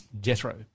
Jethro